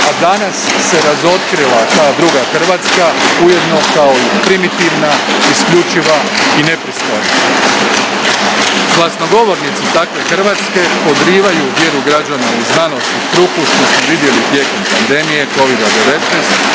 a danas se razotkrila ta druga Hrvatska, ujedno kao i primitivna, isključiva i nepristojna. Glasnogovornici takve Hrvatske podrivaju vjeru građana u znanost i struku, što smo vidjeli tijekom pandemije Covida-19,